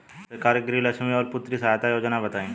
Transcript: सरकार के गृहलक्ष्मी और पुत्री यहायता योजना बताईं?